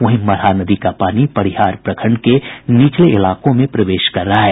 वहीं मरहा नदी का पानी परिहार प्रखंड के निचले इलाकों में प्रवेश कर रहा है